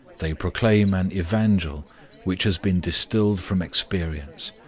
they proclaim an evangel which has been distilled from experience,